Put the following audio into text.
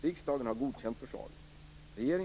Riksdagen har godkänt förslagen (bet.